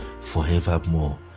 forevermore